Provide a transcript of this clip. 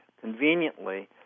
conveniently